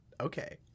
okay